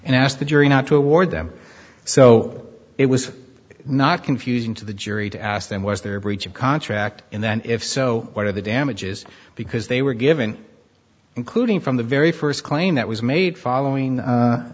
and asked the jury not to award them so it was not confusing to the jury to ask them was there a breach of contract and then if so what are the damages because they were given including from the very first claim that was made following